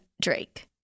Drake